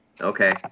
Okay